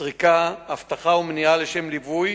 סריקה, אבטחה ומניעה לשם ליווי